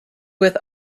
with